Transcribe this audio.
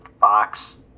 box